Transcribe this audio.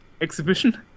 exhibition